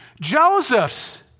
Joseph's